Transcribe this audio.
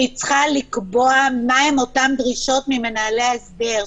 שצריכה לקבוע מה הן הדרישות ממנהלי ההסדר,